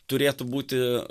turėtų būti